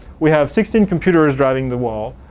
we have sixteen computers driving the wall,